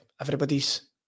everybody's